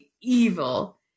evil